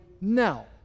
now